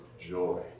joy